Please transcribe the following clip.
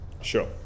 sure